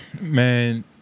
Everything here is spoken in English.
Man